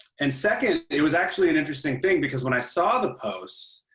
and, second, it was actually an interesting thing because when i saw the post,